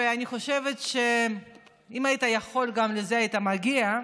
ואני חושבת שאם היית יכול גם לזה היית מגיע,